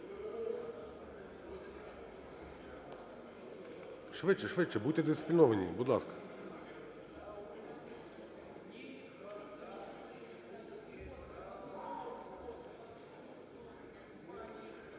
Швидше, швидше, будь дисципліновані, будь ласка.